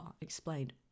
explained